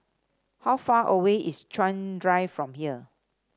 how far away is Chuan Drive from here